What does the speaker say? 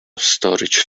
storage